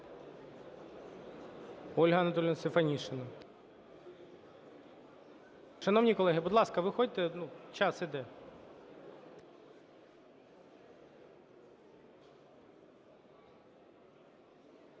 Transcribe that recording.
Ольга Анатоліївна Стефанишина. Шановні колеги, будь ласка, виходьте, час іде.